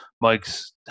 mike's